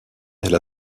elle